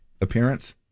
appearance